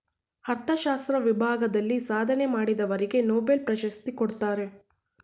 ಅರ್ಥಶಾಸ್ತ್ರ ವಿಭಾಗದಲ್ಲಿ ಸಾಧನೆ ಮಾಡಿದವರಿಗೆ ನೊಬೆಲ್ ಪ್ರಶಸ್ತಿ ಕೊಡ್ತಾರೆ